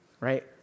right